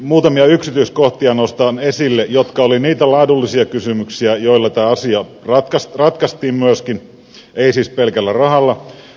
muutamia yksityiskohtia nostan esille jotka olivat niitä laadullisia kysymyksiä joilla tämä asia ratkaistiin myöskin ei siis pelkällä rahalla